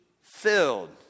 filled